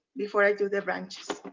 before i do the branches.